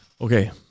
Okay